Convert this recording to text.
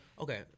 Okay